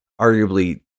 arguably